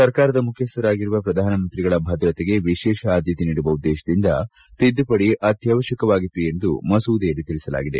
ಸರ್ಕಾರದ ಮುಖ್ಯಸ್ಥರಾಗಿರುವ ಪ್ರಧಾನಮಂತ್ರಿಗಳ ಭದ್ರತೆಗೆ ವಿಶೇಷ ಆದ್ಯತೆ ನೀಡುವ ಉದ್ದೇಶದಿಂದ ತಿದ್ದುಪದಿ ಅತ್ಯವಶ್ಯಕವಾಗಿತ್ತು ಎಂದು ಮಸೂದೆಯಲ್ಲಿ ತಿಳಿಸಲಾಗಿದೆ